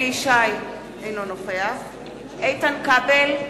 אינו נוכח איתן כבל,